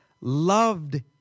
loved